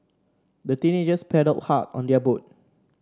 the teenagers paddled hard on their boat